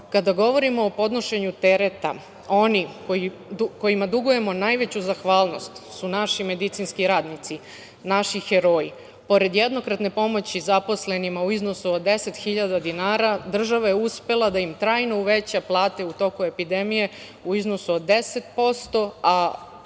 govorimo o podnošenju tereta onih kojima dugujemo najveću zahvalnost su naši medicinski radnici, naši heroji. Pored jednokratne pomoći u iznosu od 10.000 dinara država je uspela da im trajno uveća plate tokom epidemije u iznosu od 10%,